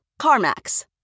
CarMax